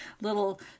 little